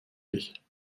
dich